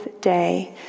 day